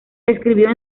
escribió